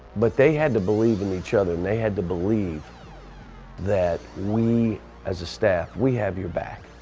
but they had to believe in each other and they had to believe that we as a staff we have your back